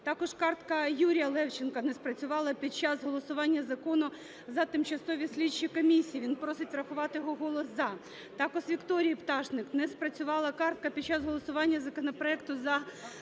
Також картка ЮріяЛевченка не спрацювала під час голосування Закону за тимчасові слідчі комісії. Він просить врахувати його голос "за". Також Вікторії Пташник не спрацювала картка під час голосування законопроекту за